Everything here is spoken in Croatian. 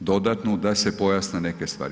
dodatnu, da se pojasne neke stvari.